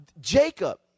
Jacob